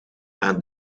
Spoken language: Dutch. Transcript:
aan